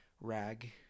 rag